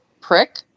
prick